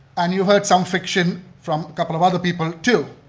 and you've heard some fiction from a couple of other people too.